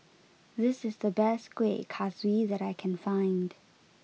this is the best Kueh Kaswi that I can find